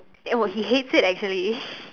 eh oh he hates it actually